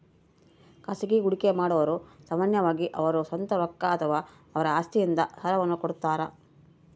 ಖಾಸಗಿ ಹೂಡಿಕೆಮಾಡಿರು ಸಾಮಾನ್ಯವಾಗಿ ಅವರ ಸ್ವಂತ ರೊಕ್ಕ ಅಥವಾ ಅವರ ಆಸ್ತಿಯಿಂದ ಸಾಲವನ್ನು ಕೊಡುತ್ತಾರ